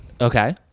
Okay